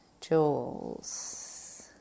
jewels